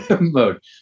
mode